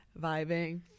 vibing